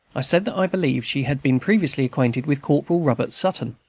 i said that i believed she had been previously acquainted with corporal robert sutton?